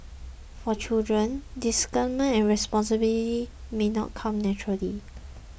for children discernment and responsibility may not come naturally